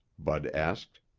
bud asked.